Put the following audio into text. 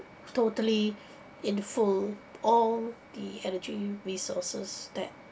totally in full all the energy resources that